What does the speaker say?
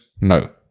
No